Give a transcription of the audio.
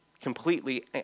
completely